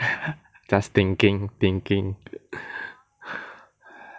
just thinking thinking